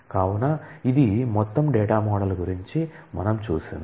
కావున ఇది మొత్తం డేటా మోడల్ గురించి మనం చూసింది